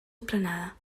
esplanada